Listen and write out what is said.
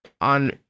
on